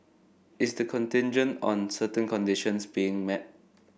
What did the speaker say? is the contingent on certain conditions being met